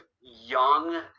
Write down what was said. young